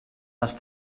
les